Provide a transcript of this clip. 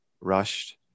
rushed